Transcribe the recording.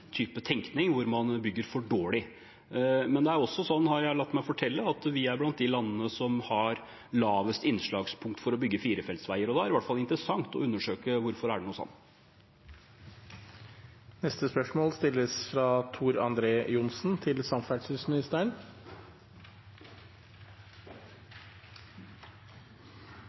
type tenkning hvor man bygger for dårlig. Men det er også slik, har jeg latt meg fortelle, at vi er blant de landene som har lavest innslagspunkt for å bygge firefeltsveier, og da er det i hvert fall interessant å undersøke hvorfor det er slik. Det